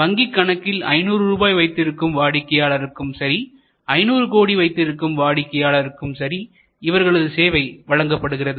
வங்கிக் கணக்கில் 500 ரூபாய் வைத்திருக்கும் வாடிக்கையாளருக்கும் சரி 500 கோடி வைத்திருக்கும் வாடிக்கையாளருக்கும் சரி இவர்களது சேவை வழங்கப்படுகிறது